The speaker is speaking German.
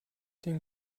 den